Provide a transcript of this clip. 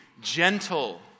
gentle